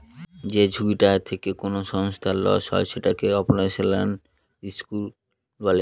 যে ঝুঁকিটা থেকে কোনো সংস্থার লস হয় সেটাকে অপারেশনাল রিস্ক বলে